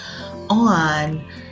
on